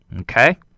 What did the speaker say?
Okay